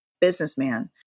businessman